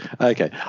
Okay